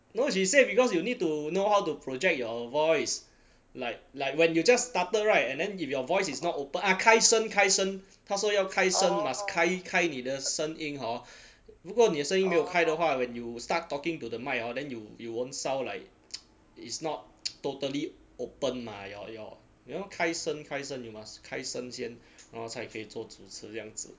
no she said because you need to know how to project your voice like like when you just started [right] and then if your voice is not open ah 开声开声他说要开声 must 开开你的声音 hor 如果你的声音没有开的话 when you start talking to the mic orh then you you won't sound like is not totally open mah your your you know 开声开声 you must 开声先然后可以做主持这样子